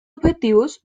objetivos